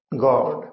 God